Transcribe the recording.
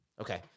Okay